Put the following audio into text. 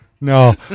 No